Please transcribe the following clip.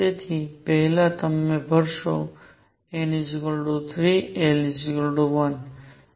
તેથી પહેલા તમે ભરશો n 3 l 1